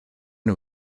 nhw